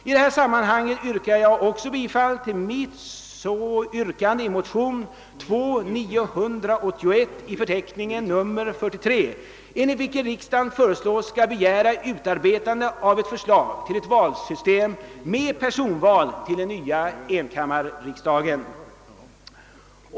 I detta sammanhang yrkar jag också bifall till mitt yrkande i motion II: 981, nr 43 i förteckningen, i vilken det föreslås att riksdagen skall begära utarbetande av ett förslag till nytt valsystem med personval till den nya enkammarriksdagen.